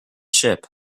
ship